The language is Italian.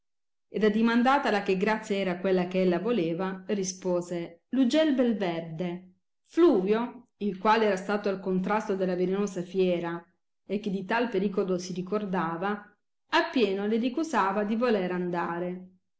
ed addimandatala che grazia era quella che ella voleva rispose l ugel bel verde fluvio il quale era stato al contrasto della velenosa fiera e che di tal pericolo si ricordava a pieno le ricusava di voler andare